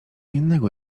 innego